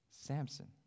Samson